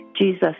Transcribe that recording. Jesus